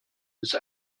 ist